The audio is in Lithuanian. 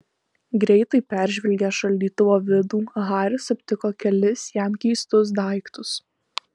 greitai peržvelgęs šaldytuvo vidų haris aptiko kelis jam keistus daiktus